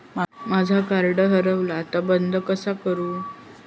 माझा कार्ड हरवला आता बंद कसा करू?